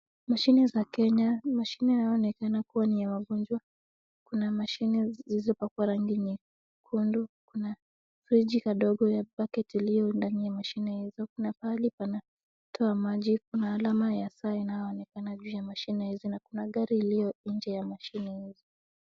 Mashine za Kenya, ni mashine inayonekana kuwa ni ya wagonjwa. Kuna mashine zilizopakwa rangi nyekundu ,kuna fridge kadogo ya paketi iliyo ndani ya mashine hizo. Kuna pahali panatoa maji, kuna alama ya saa inayonekana juu ya mashine hizo na kuna gari iliyo nje ya mashine hizo.